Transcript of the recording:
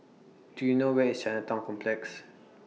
Do YOU know Where IS Chinatown Complex